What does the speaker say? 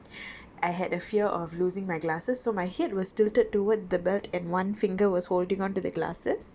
I had a fear of losing my glasses so my head was tilted toward the belt and one finger was holding onto the glasses